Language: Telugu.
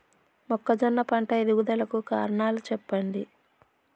మొక్కజొన్న పంట ఎదుగుదల కు కారణాలు చెప్పండి?